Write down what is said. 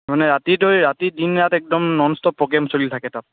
মানে ৰাতিটো ৰাতি দিন ৰাত একদম নন ষ্টপ প্ৰগেম চলি থাকে তাত